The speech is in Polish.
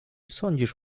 sądzisz